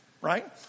right